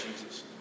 Jesus